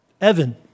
Evan